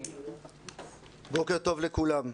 בוקר טוב לכולם.